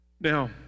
Now